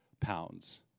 pounds